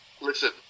Listen